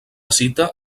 cita